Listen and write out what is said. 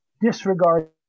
disregard